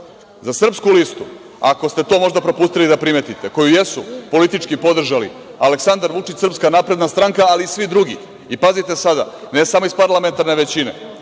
Za Srpsku listu, ako ste to možda propustili da primetite, koju jesu politički podržali Aleksandar Vučić, SNS, ali i svi drugi, i, pazite sad, ne samo iz parlamentarne većine,